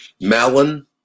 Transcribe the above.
melon